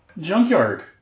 Junkyard